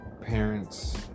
parents